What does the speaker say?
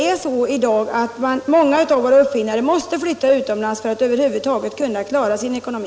I dag måste många av våra uppfinnare flytta utomlands för att över huvud taget kunna klara sin ekonomi.